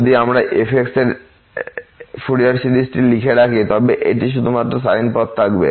যদি আমরা f এর ফুরিয়ার সিরিজটি লিখে রাখি তবে এটি শুধুমাত্র সাইন পদ থাকবে